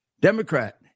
Democrat